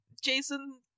Jason